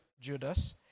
Judas